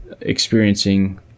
experiencing